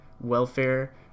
welfare